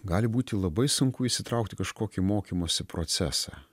gali būti labai sunku įsitraukt kažkokį mokymosi procesą